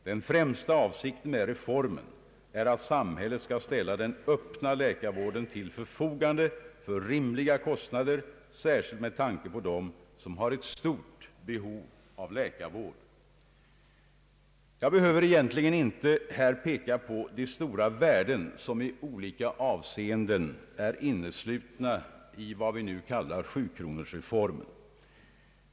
Den främsta avsikten med reformen är att samhället skall ställa den öppna läkarvården till förfogande för rimliga kostnader, särskilt med tanke på dem som har ett stort behov av läkarvård. Jag behöver egentligen inte här framhålla de stora värden som i olika avseenden är inneslutna i vad vi nu kallar 7-kronorsreformen.